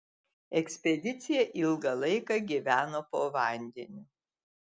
ekspedicija ilgą laiką gyveno po vandeniu